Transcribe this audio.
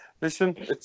Listen